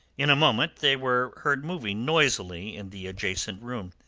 in a moment they were heard moving noisily in the adjacent room.